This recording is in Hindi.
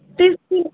तीस की